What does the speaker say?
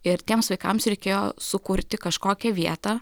ir tiems vaikams reikėjo sukurti kažkokią vietą